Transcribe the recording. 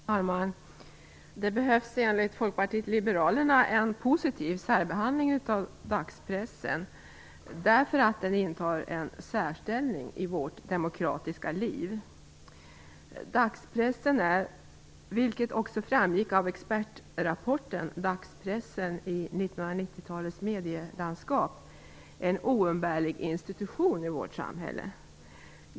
Fru talman! Det behövs enligt Folkpartiet liberalerna en positiv särbehandling av dagspressen, därför att den intar en särställning i vårt demokratiska liv. Dagspressen är - vilket också framgick av expertrapporten Dagspressen i 1990-talets medielandskap - en oumbärlig institution i vårt samhälle.